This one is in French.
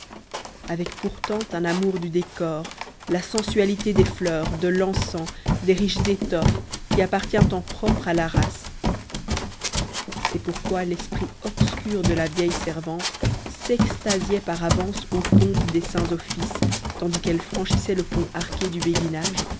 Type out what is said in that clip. avec pourtant un amour du décor la sensualité des fleurs de l'encens des riches étoffes qui appartient en propre à la race c'est pourquoi l'esprit obscur de la vieille servante s'extasiait par avance aux pompes des saints offices tandis qu'elle franchissait le pont arqué du béguinage